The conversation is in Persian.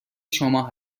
شما